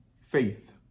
faith